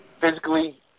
Physically